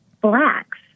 blacks